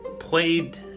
played